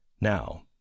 Now